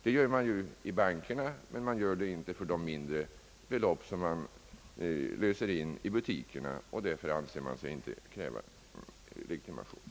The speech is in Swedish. Det gör ju bankerna, men man gör det inte för de mindre belopp som man löser in i butikerna; där anser man sig inte behöva kräva legitimation.